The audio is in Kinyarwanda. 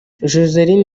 joselyne